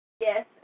Yes